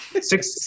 Six